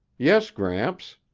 yes, gramps.